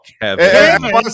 Kevin